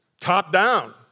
top-down